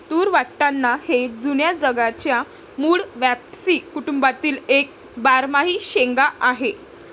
तूर वाटाणा हे जुन्या जगाच्या मूळ फॅबॅसी कुटुंबातील एक बारमाही शेंगा आहे